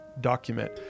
document